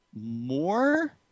more